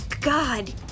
God